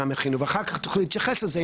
ואחר כך תוכלי להתייחס לזה,